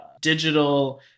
digital